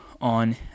on